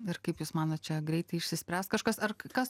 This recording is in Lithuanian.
ir kaip jūs manot čia greitai išsispręs kažkas ar kas